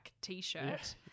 t-shirt